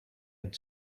had